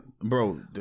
Bro